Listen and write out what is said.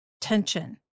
tension